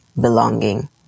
belonging